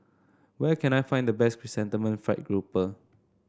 where can I find the best Chrysanthemum Fried Grouper